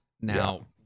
Now